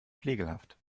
flegelhaft